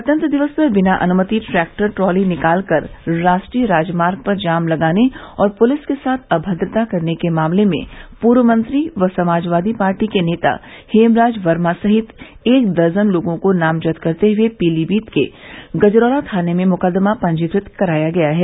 गणतंत्र दिवस पर बिना अनुमति ट्रैक्टर ट्राली निकाल कर राष्ट्रीय राजमार्ग पर जाम लगाने और पुलिस के साथ अभद्रता करने के मामले में पूर्व मंत्री व समाजवादी पार्टी के नेता हेमराज वर्मा सहित एक दर्जन लोगों को नामजद करते हुए पीलीमीत के गजरौला थाने में मुकदमा पंजीकृत कराया गया है